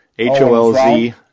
H-O-L-Z